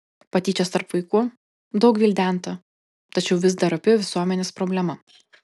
patyčios tarp vaikų daug gvildenta tačiau vis dar opi visuomenės problema